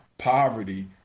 poverty